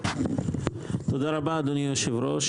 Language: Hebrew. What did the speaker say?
תודה רבה, אדוני היושב-ראש.